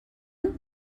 کنم